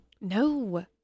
No